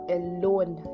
alone